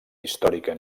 històrica